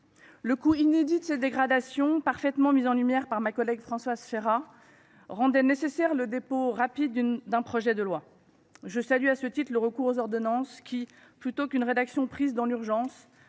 Le coût inédit de ces dégradations, parfaitement mis en lumière par ma collègue Françoise Férat, rendait nécessaire le dépôt rapide d’un projet de loi. Je salue à ce titre le recours aux ordonnances plutôt que le choix d’une rédaction dans l’urgence